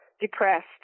depressed